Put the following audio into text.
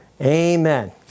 Amen